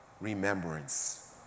remembrance